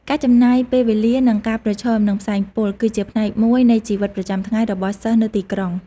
ការចំណាយពេលវេលានិងការប្រឈមនឹងផ្សែងពុល គឺជាផ្នែកមួយនៃជីវិតប្រចាំថ្ងៃរបស់សិស្សនៅទីក្រុង។